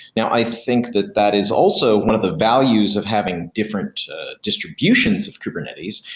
now, i think that that is also one of the values of having different distributions of kubernetes,